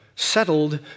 Settled